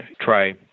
try